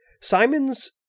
Simons